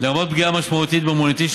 לרבות פגיעה משמעותית במוניטין של